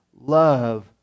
love